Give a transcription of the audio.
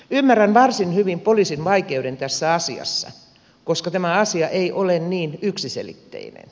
ymmärrän varsin hyvin poliisin vaikeuden tässä asiassa koska tämä asia ei ole niin yksiselitteinen